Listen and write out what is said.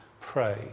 pray